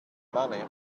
money